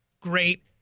great